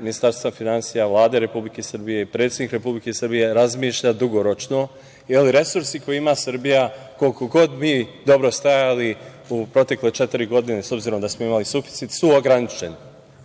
Ministarstva finansija, Vlade Republike Srbije i predsednik Republike Srbije razmišlja dugoročno, jer resursi kojima Srbija, koliko god mi dobro stajali u protekle četiri godine obzirom da smo imali suficit su ograničeni,